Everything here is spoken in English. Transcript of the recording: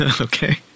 Okay